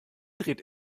dreht